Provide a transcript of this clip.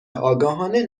آگاهانه